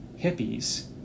hippies